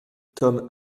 tome